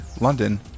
London